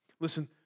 Listen